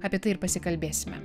apie tai ir pasikalbėsime